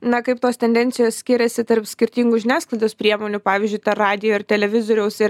na kaip tos tendencijos skiriasi tarp skirtingų žiniasklaidos priemonių pavyzdžiui radijo ir televizoriaus ir